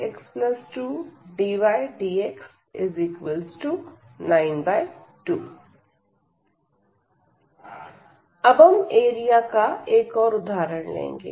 12x2x2dydx92 अब हम area का एक और उदाहरण लेंगे